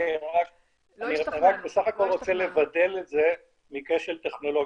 אני בסך הכול רוצה לבדל את זה מכשל טכנולוגי,